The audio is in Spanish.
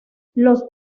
los